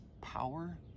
power